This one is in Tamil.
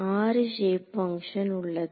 6 ஷேப் ஃபங்ஷன் உள்ளது